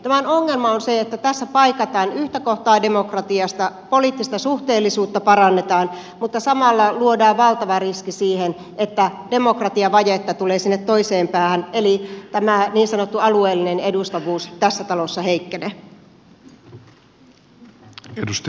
tämän ongelma on se että tässä paikataan yhtä kohtaa demokratiasta poliittista suhteellisuutta parannetaan mutta samalla luodaan valtava riski siihen että demokratiavajetta tulee sinne toiseen päähän eli tämä niin sanottu alueellinen edustavuus tässä talossa heikkenee